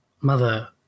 mother